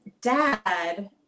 dad